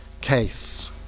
case